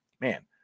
man